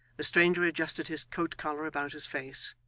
the stranger adjusted his coat-collar about his face,